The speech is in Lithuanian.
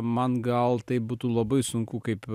man gal tai būtų labai sunku kaip